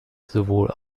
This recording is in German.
sowohl